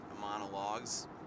monologues